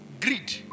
greed